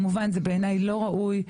כמובן שבעיניי זה לא ראוי,